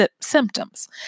symptoms